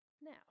Now